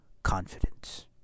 confidence